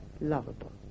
lovable